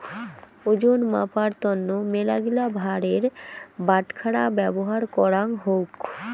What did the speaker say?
ওজন মাপার তন্ন মেলাগিলা ভারের বাটখারা ব্যবহার করাঙ হউক